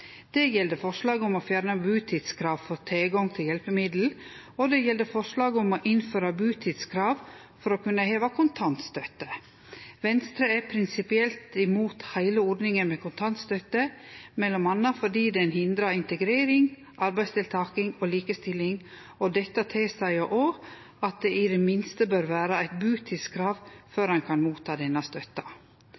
Det gjeld forslaget om å fjerne butidskrav for tilgang til hjelpemiddel, og det gjeld forslaget om å innføre butidskrav for å kunne heve kontantstøtte. Venstre er prinsipielt imot heile ordninga med kontantstøtte, m.a. fordi ho hindrar integrering, arbeidsdeltaking og likestilling. Dette tilseier òg at det i det minste bør vere eit butidskrav før